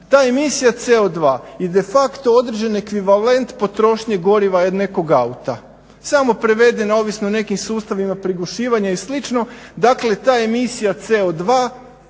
Ta emisija CO2 i de facto određeni ekvivalent potrošnje goriva je nekog auta, samo preveden ovisno o nekim sustavima prigušivanja i slično, dakle ta emisija CO2